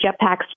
jetpacks